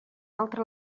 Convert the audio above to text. altre